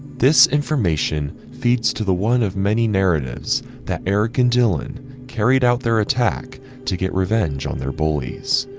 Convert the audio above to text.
this information feeds to the one of many narratives that eric and dylan carried out their attack to get revenge on their bullies.